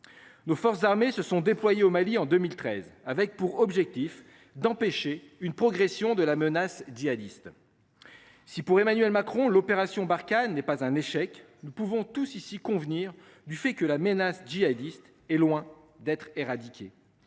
Nos forces armées se sont déployées au Mali en 2013 avec pour objectif d'empêcher une progression de la menace djihadiste. Si pour Emmanuel Macron. L'opération Barkhane n'est pas un échec, nous pouvons tous ici convenir du fait que la menace djihadiste est loin d'être éradiquée.